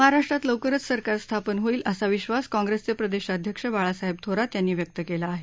महाराष्ट्रात लवकरच सरकार स्थापन होईल असा विश्वास काँग्रेसचे प्रदेशाध्यक्ष बाळासाहेब थोरात यांनी व्यक्त केला आहे